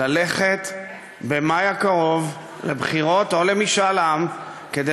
ללכת במאי הקרוב לבחירות או למשאל עם כדי